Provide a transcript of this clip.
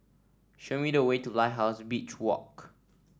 show me the way to Lighthouse Beach Walk